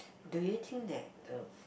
do you think that uh